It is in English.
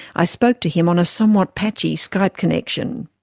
i spoke to him on a somewhat patchy skype connection.